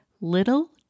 Little